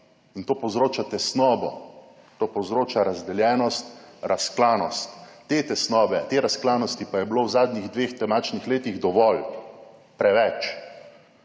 in to povzroča tesnobo, to povzroča razdeljenost, razklanost. Te tesnobe, te razklanosti pa je bilo v zadnjih dveh temačnih letih dovolj, preveč.